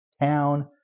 town